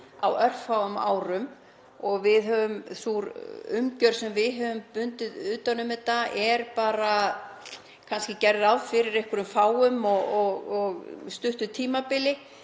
á örfáum árum og sú umgjörð sem við höfum bundið utan um þetta gerði kannski bara ráð fyrir einhverjum fáum og stuttu tímabili.